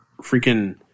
freaking